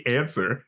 answer